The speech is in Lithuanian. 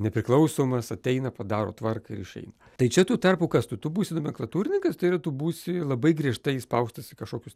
nepriklausomas ateina padaro tvarką ir išeina tai čia tuo tarpu kas tu tu būsi nomenklatūrininkas tai yra tu būsi labai griežtai įspaustas į kažkokius